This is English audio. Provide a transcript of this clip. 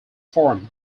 formed